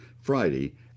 Friday